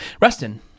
Reston